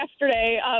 yesterday